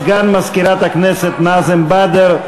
סגן מזכירת הכנסת נאזם בדר,